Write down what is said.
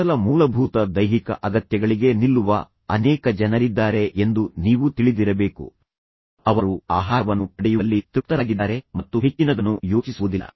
ಮೊದಲ ಮೂಲಭೂತ ದೈಹಿಕ ಅಗತ್ಯಗಳಿಗೆ ನಿಲ್ಲುವ ಅನೇಕ ಜನರಿದ್ದಾರೆ ಎಂದು ನೀವು ತಿಳಿದಿರಬೇಕು ಅವರು ಆಹಾರವನ್ನು ಪಡೆಯುವಲ್ಲಿ ತೃಪ್ತರಾಗಿದ್ದಾರೆ ಮತ್ತು ನಂತರ ಅವರು ಹೆಚ್ಚಿನದನ್ನು ಯೋಚಿಸುವುದಿಲ್ಲ